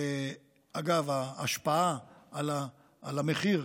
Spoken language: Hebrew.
אגב ההשפעה על המחיר,